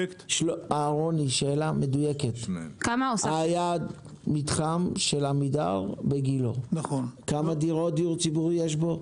שאלה מדויקת: היה מתחם של עמידר בגילה כמה דירות דיור ציבורי יש בו?